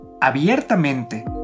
abiertamente